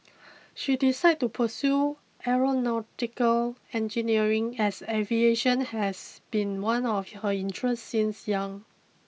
she decided to pursue Aeronautical Engineering as aviation has been one of her interests since young